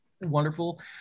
wonderful